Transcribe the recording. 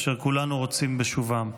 כאשר כולנו רוצים בשובם.